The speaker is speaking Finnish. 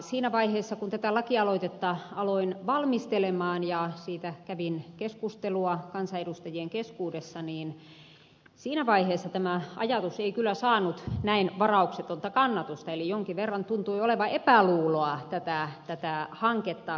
siinä vaiheessa kun tätä lakialoitetta aloin valmistella ja siitä kävin keskustelua kansanedustajien keskuudessa niin tämä ajatus ei kyllä saanut näin varauksetonta kannatusta eli jonkin verran tuntui olevan epäluuloa tätä hanketta kohtaa